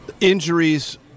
Injuries